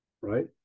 right